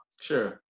Sure